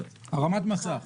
הרמת מסך.